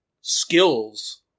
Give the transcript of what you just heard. skills